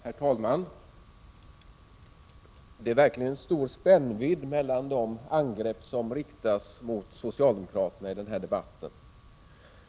Herr talman! Det är verkligen stor spännvidd mellan de angrepp som riktats mot socialdemokraterna i denna debatt.